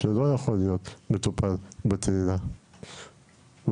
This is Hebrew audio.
שלא יכול להיות מטופל בקהילה ואיכשהו